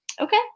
Okay